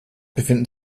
befinden